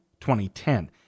2010